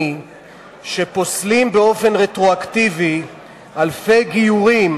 שפוסלים באופן רטרואקטיבי אלפי גיורים